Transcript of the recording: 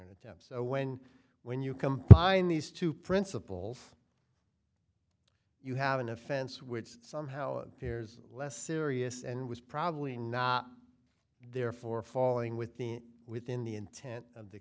buying attempts so when when you combine these two principles you have an offense which somehow bears less serious and was probably not therefore falling within within the intent of the